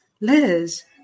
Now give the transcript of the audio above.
Liz